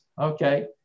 Okay